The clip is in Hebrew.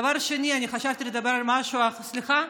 דבר שני, חשבתי לדבר על משהו, לא היו הרבה מליאות.